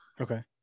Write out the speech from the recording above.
Okay